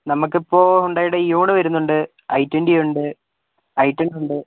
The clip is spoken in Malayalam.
നമുക്കിപ്പോൾ ഹ്യൂണ്ടായുടെ ഇയോണ് വരുന്നുണ്ട് ഐ ട്വന്റിയുണ്ട് ഐ ടെൻ ഉണ്ട്